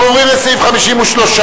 אנחנו עוברים לסעיף 53,